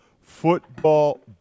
Football